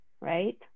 Right